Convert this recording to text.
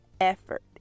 effort